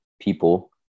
people